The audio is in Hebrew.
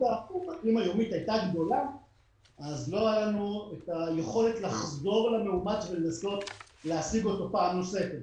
לא הייתה לנו יכולת לחזור למאומת ולנסות להשיג אותו פעם נוספת.